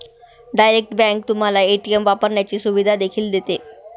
direct bank तुम्हाला ATM वापरण्याची सुविधा देखील देते